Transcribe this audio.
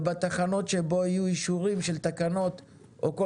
ובתחנות שבו יהיו אישורים של תקנות או כל